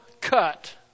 cut